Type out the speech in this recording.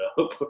up